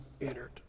entered